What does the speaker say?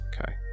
Okay